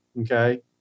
Okay